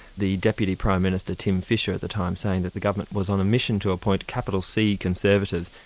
the deputy prime minister, tim fischer, at the time saying that the government was on a mission to appoint capital c conservatives,